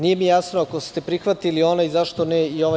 Nije mi jasno, ako ste prihvatili onaj, zašto ne i ovaj?